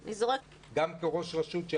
אם אפשרי לחשוב על איזשהו שיבוץ ובחינה של העניין,